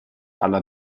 alla